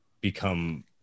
become